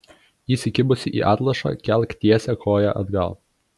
įsikibusi į atlošą kelk tiesią koją atgal